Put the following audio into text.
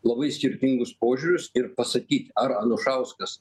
labai skirtingus požiūrius ir pasakyt ar anušauskas